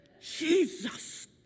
Jesus